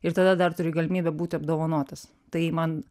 ir tada dar turi galimybę būti apdovanotas tai man